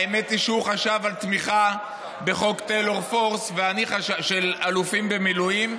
האמת היא שהוא חשב על תמיכה בחוק טיילור פורס של אלופים במילואים,